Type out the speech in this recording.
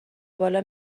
بالا